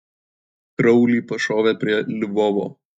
kraulį pašovė prie lvovo